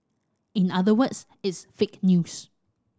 in other words it's fake news